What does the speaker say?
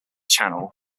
channel